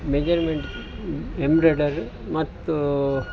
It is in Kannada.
ಮೆಜರ್ಮೆಂಟ್ ಎಂಬ್ರಾಡರಿ ಮತ್ತೂ